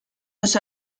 los